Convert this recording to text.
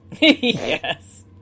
Yes